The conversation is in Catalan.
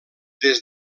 des